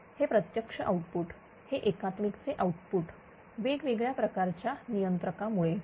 हे प्रत्यक्ष आउटपुट हे एकात्मिक चे आउटपुट वेगवेगळ्या प्रकारच्या नियंत्रकआ मुळे